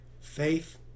faith